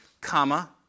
comma